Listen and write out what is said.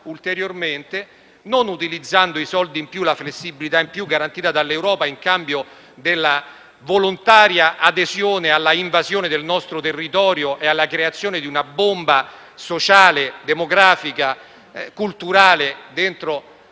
ulteriormente non utilizzando i soldi e la flessibilità in più garantita dall'Europa in cambio della volontaria adesione all'invasione del nostro territorio e alla creazione di una bomba sociale, demografica e culturale